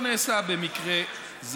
דבר שלא נעשה במקרה זה.